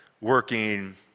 working